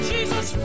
Jesus